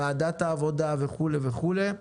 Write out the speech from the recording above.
ועדת העבודה וכו' וכו'.